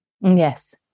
Yes